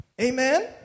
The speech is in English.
Amen